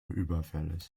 überfällig